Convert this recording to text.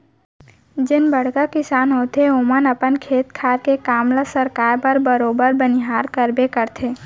जेन बड़का किसान होथे ओमन अपन खेत खार के काम ल सरकाय बर बरोबर बनिहार करबे करथे